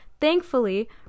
Thankfully